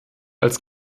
als